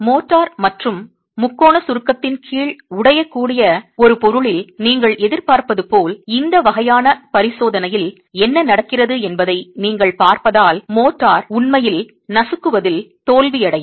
mortar மற்றும் முக்கோண சுருக்கத்தின் கீழ் உடையக்கூடிய ஒரு பொருளில் நீங்கள் எதிர்பார்ப்பது போல் இந்த வகையான பரிசோதனையில் என்ன நடக்கிறது என்பதை நீங்கள் பார்ப்பதால் மோர்டார் உண்மையில் நசுக்குவதில் தோல்வியடையும்